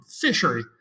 fishery